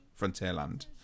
Frontierland